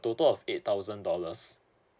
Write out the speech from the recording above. total of eight thousand dollars